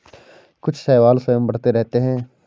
कुछ शैवाल स्वयं बढ़ते रहते हैं